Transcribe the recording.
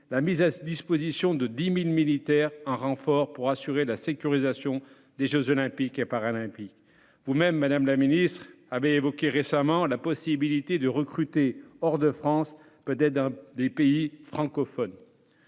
la mise à disposition de 10 000 militaires en renfort, pour assurer la sécurisation des jeux Olympiques et Paralympiques. Vous-même, madame la ministre, avez évoqué récemment la possibilité de recruter hors de France, peut-être dans des pays francophones.